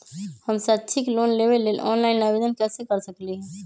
हम शैक्षिक लोन लेबे लेल ऑनलाइन आवेदन कैसे कर सकली ह?